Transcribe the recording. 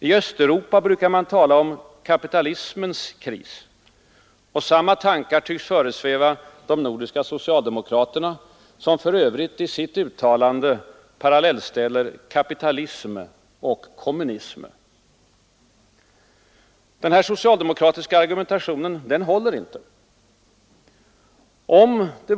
I Östeuropa talar man om ”kapitalismens kris”. Samma tankar tycks föresväva de nordiska socialdemokraterna, som för övrigt i sitt uttalande parallellställer ”kapitalism” och ”kommunism”. Denna socialdemokratiska argumentation håller inte.